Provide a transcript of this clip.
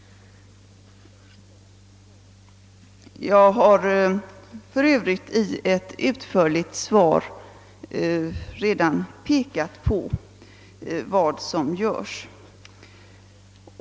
Jag har i Övrigt i ett utförligt svar redan pekat på vad som görs.